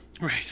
Right